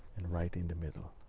and right in the middle.